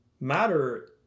Matter